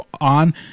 on